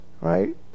right